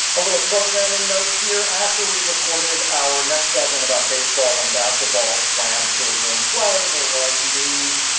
a little programming note here, after we recorded our next segment about baseball and basketball's plans to resume play. there was news.